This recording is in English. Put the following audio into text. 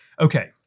Okay